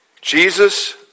Jesus